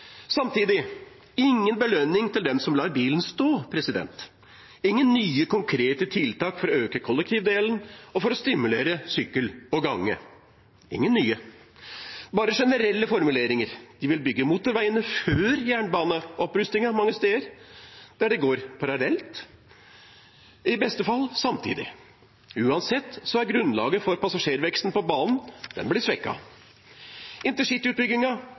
Samtidig er det ingen belønning til dem som lar bilen stå. Det er ingen nye konkrete tiltak for å øke kollektivdelen og for å stimulere sykkel og gange – ingen nye, bare generelle formuleringer. De vil bygge motorveiene før jernbaneopprustningen mange steder der det går parallelt, i beste fall samtidig. Uansett: Grunnlaget for passasjerveksten på jernbanen blir